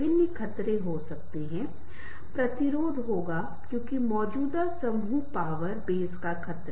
हम अपनी समस्याओं को हर किसी के साथ साझा नहीं कर सकते हैं लेकिन अगर आप वास्तव में एक अच्छे दोस्त हैं तो आप उनके साथ अपनी बातें स्वयं साझा कर सकते हियँ और यह एक वरदान है